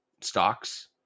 stocks